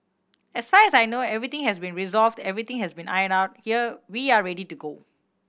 as far as I know everything has been resolved everything has been ironed out here we are ready to go